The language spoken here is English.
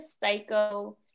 psycho